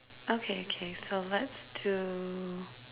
okay okay so let's do